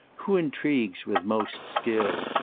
who intrigues with most skill?